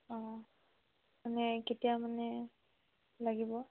অঁ মানে কেতিয়া মানে লাগিব